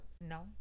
no